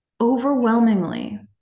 overwhelmingly